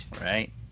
Right